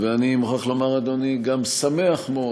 ואני מוכרח לומר, אדוני, אני גם שמח מאוד